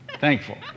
Thankful